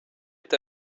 est